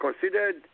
considered